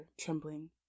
trembling